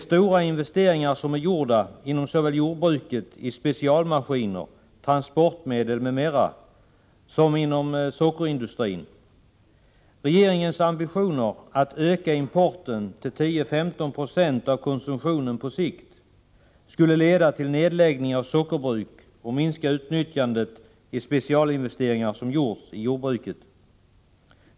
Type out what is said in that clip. Stora investeringar har gjorts såväl inom jordbruket när det gäller specialmaskiner, transportmedel m.m. som inom sockerindustrin. Regeringens ambitioner att på sikt öka importen till 10-15 96 av konsumtionen skulle leda till nedläggning av sockerbruk och minska utnyttjandet av specialinvesteringar i jordbruket.